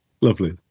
Lovely